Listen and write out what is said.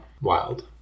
Wild